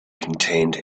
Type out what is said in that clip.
contained